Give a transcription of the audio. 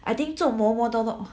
I think 这种嬷嬷都